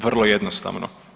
Vrlo jednostavno.